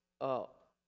up